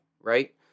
right